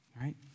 right